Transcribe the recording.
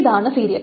ഇതാണ് സീരിയൽ